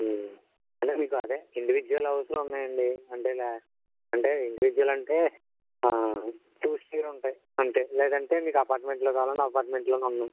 అంటే మీకు అదే ఇండివిడ్యువల్ హౌస్లో ఉన్నాయండి అంటే ఇలా అంటే ఇండివిడ్యువల్ అంటే టూ స్టేర్ ఉంటాయి అంతే లేదంటే మీకు అపార్ట్మెంట్లో కావాలన్నా అపార్ట్మెంట్లోను ఉన్నాయి